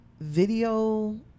video